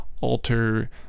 alter